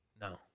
No